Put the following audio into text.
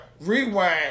rewind